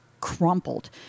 crumpled